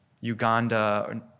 Uganda